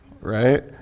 right